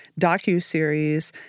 docuseries